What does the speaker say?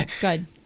good